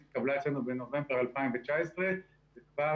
היא התקבלה אצלנו בנובמבר 2019 וכבר